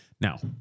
Now